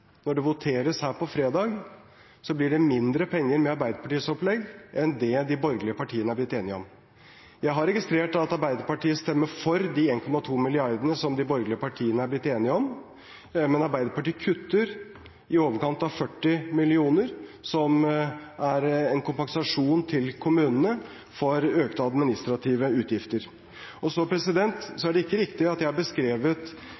når det voteres her på fredag, blir det mindre penger med Arbeiderpartiets opplegg, enn det de borgerlige partiene er blitt enige om. Jeg har registrert at Arbeiderpartiet stemmer for de 1,2 mrd. kr som de borgerlige partiene er blitt enige om, men Arbeiderpartiet kutter i overkant av 40 mill. kr, som en kompensasjon til kommunene for økte administrative utgifter. Så er det ikke riktig at jeg har beskrevet